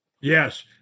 Yes